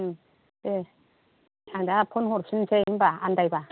ओं दे आं दा फन हरफिननोसै होनबा आनदायबा